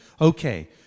okay